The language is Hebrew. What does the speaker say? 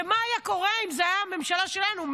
ומה היה קורה אם זאת הייתה הממשלה שלנו,